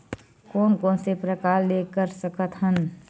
कोन कोन से प्रकार ले कर सकत हन?